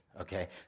Okay